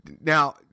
now